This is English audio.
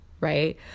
right